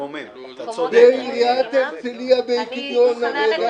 כך עושה עיריית הרצליה בקניון ארנה.